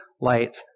light